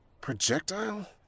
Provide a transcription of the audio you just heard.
Projectile